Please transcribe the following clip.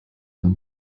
them